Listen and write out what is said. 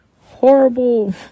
horrible